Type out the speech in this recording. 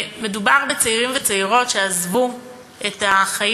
מדובר בצעירים וצעירות שעזבו את החיים